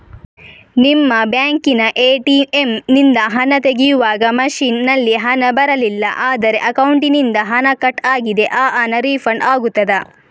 ನಿಮ್ಮ ಬ್ಯಾಂಕಿನ ಎ.ಟಿ.ಎಂ ನಿಂದ ಹಣ ತೆಗೆಯುವಾಗ ಮಷೀನ್ ನಲ್ಲಿ ಹಣ ಬರಲಿಲ್ಲ ಆದರೆ ಅಕೌಂಟಿನಿಂದ ಹಣ ಕಟ್ ಆಗಿದೆ ಆ ಹಣ ರೀಫಂಡ್ ಆಗುತ್ತದಾ?